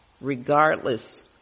regardless